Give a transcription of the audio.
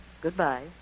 Goodbye